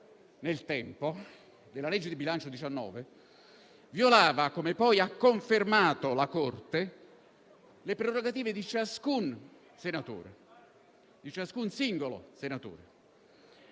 nel tempo della legge di bilancio del 2019 violava, come poi la Corte ha confermato, le prerogative di ciascun singolo senatore.